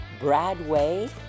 Bradway